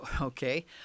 Okay